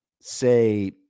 say